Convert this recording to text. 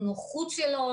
הנוחות שלו,